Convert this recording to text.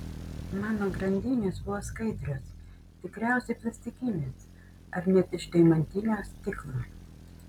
mano grandinės buvo skaidrios tikriausiai plastikinės ar net iš deimantinio stiklo